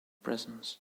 presence